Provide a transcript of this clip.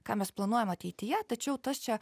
ką mes planuojam ateityje tačiau tas čia